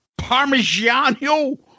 Parmigiano